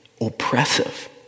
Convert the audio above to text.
oppressive